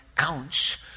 ounce